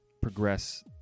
progress